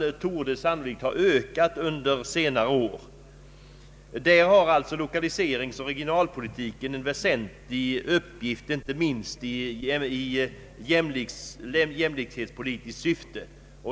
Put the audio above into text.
regionalpolitiken tan torde ha ökat under senare år. Där har alltså lokaliseringsoch regionalpolitiken en väsentlig uppgift, inte minst i jämlikhetspolitiskt syfte.